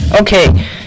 okay